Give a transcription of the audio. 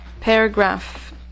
paragraph